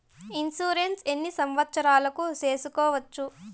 Insurance ఎన్ని సంవత్సరాలకు సేసుకోవచ్చు?